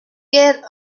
yet